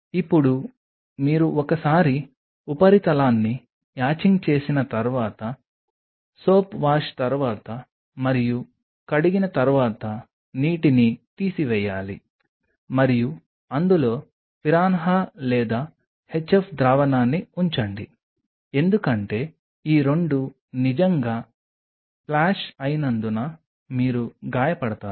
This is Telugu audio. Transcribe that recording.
ఇప్పుడు మీరు ఒకసారి ఉపరితలాన్ని యచింగ్ చేసిన తర్వాత సోప్ వాష్ తర్వాత మరియు కడిగిన తర్వాత నీటిని తీసివేయాలి మరియు అందులో పిరాన్హా లేదా HF ద్రావణాన్ని ఉంచండి ఎందుకంటే ఈ రెండూ నిజంగా స్ప్లాష్ అయినందున మీరు గాయపడతారు